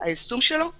היישום של החוק הזה,